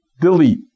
Delete